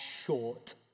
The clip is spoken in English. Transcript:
short